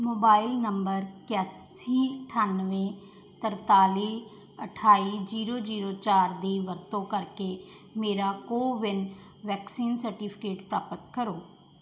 mobile number ਇਕਾਸੀ ਅਠਾਨਵੇਂ ਤਰਤਾਲੀ ਅਠਾਈ ਜ਼ੀਰੋ ਜ਼ੀਰੋ ਚਾਰ ਦੀ ਵਰਤੋਂ ਕਰਕੇ ਮੇਰਾ ਕੋਵਿਨ ਵੈਕਸੀਨ ਸਰਟੀਫਿਕੇਟ ਪ੍ਰਾਪਤ ਕਰੋ